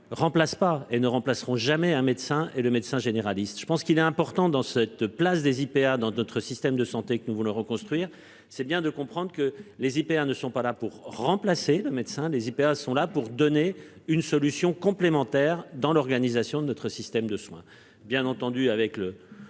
remplace pas et ne remplaceront jamais un médecin et le médecin généraliste. Je pense qu'il est important dans cette place des IPA dans notre système de santé que nous voulons reconstruire, c'est bien de comprendre que les hypers ne sont pas là pour remplacer le médecin les IPA sont là pour donner une solution complémentaire dans l'organisation de notre système de soins